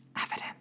Evidence